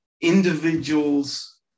individuals